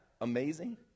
amazing